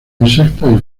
insectos